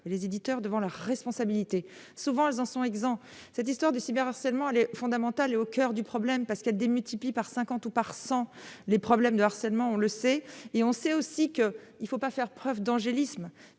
les éditeurs devant leurs responsabilités, souvent elles en sont exempts, cette histoire du cyber harcèlement, elle est fondamentale est au coeur du problème parce qu'il y a des multiplie par 50 ou par 100, les problèmes de harcèlement, on le sait et on sait aussi qu'il ne faut pas faire preuve d'angélisme,